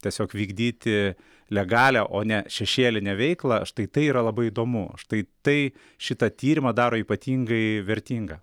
tiesiog vykdyti legalią o ne šešėlinę veiklą štai tai yra labai įdomu štai tai šitą tyrimą daro ypatingai vertinga